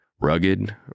Rugged